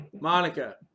Monica